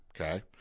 okay